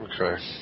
Okay